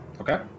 Okay